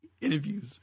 interviews